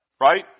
right